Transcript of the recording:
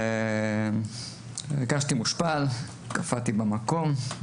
הרגשתי מושפל, קפאתי במקום,